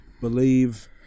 believe